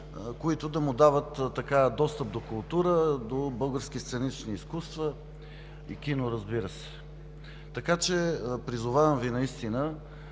които да му дават достъп до култура, до български сценични изкуства и кино, разбира се. Призовавам Ви наистина.